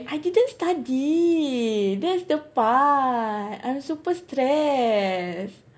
I didn't study that's the part I'm super stressed